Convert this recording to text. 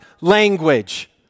language